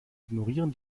ignorieren